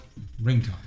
ringtone